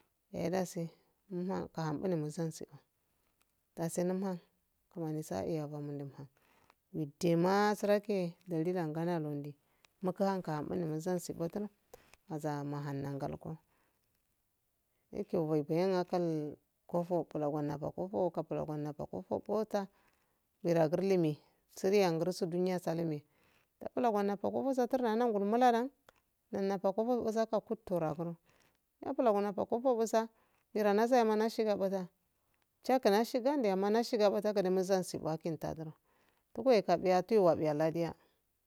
Yahee dasi umhan mbahan bune munsansia dasi numhan kumansiso aiya bamunimham widdema surake mukuhankaha mbune muzarasi butuno azaha mannahan ngalke kofo kulaganna gwa kakulaganna kofokowota nyiroa gurlimi siriyan gursu dunasalmi takulagamma kofoso turlanagu muladan uzaku kutturowa guro nafulane nagakafoso uzan nyira nazaya mushira uza chakla shigande amma nashinga bata gade muzansi kwafintaduro tugowe kwabiyu tuye wabiya ladiya.